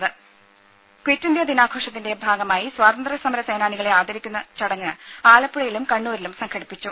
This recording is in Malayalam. രുര ക്വിറ്റ് ഇന്ത്യാ ദിനാഘോഷത്തിന്റെ ഭാഗമായി സ്വാതന്ത്ര്യ സമര സേനാനികളെ ആദരിക്കുന്ന ചടങ്ങ് ആലപ്പുഴയിലും കണ്ണൂരിലും സംഘടിപ്പിച്ചു